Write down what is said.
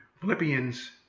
Philippians